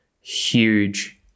huge